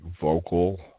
vocal